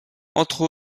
entre